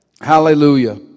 Hallelujah